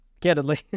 candidly